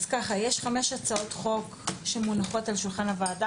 יש חמש הצעות חוק שמונחות על שולחן הוועדה